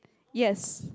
yes